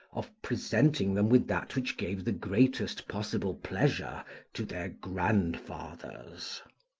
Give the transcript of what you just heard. of presenting them with that which gave the greatest possible pleasure to their grandfathers.